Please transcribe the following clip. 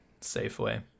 Safeway